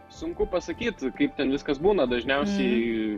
sunku pasakyt kaip ten viskas būna dažniausiai